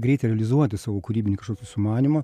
greitai realizuoti savo kūrybinį sumanymą